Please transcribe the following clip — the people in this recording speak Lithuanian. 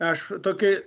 aš tokį